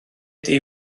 ydy